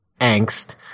angst